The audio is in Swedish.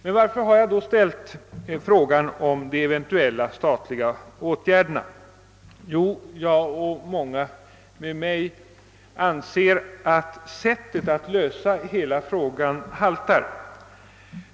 Men varför har jag då ställt frågan om eventuella statliga åtgärder? Jo, jag och många med mig anser, att sättet att lösa hela frågan haltar.